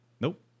Nope